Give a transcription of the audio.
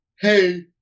hey